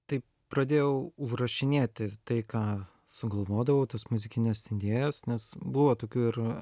tai pradėjau užrašinėti tai ką sugalvodavau tas muzikines idėjas nes buvo tokių ir